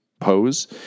pose